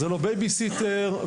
זה לא בייבי סיטר.